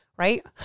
right